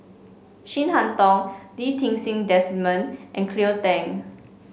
Chin Harn Tong Lee Ti Seng Desmond and Cleo Thang